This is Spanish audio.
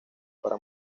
para